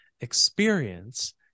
experience